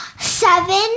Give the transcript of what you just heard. Seven